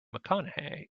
mcconaughey